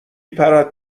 پرد